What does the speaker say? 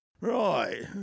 Right